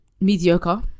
Mediocre